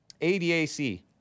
ADAC